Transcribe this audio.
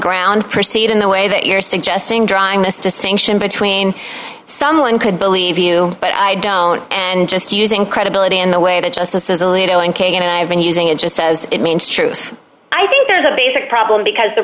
ground proceed in the way that you're suggesting drawing a distinction between someone could believe you but i don't and just using credibility in the way the justices alito and kagan i've been using it just says it means truth i think there's a basic problem because the